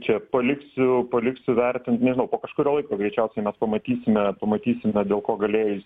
čia paliksiu paliksiu vertint nežinau po kažkurio laiko greičiausiai mes pamatysime pamatysime dėl ko galėjo